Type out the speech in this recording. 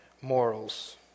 morals